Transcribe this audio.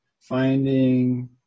finding